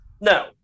No